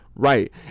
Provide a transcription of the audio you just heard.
Right